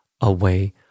away